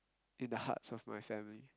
in the hearts of my family